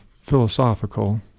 philosophical